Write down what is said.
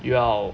要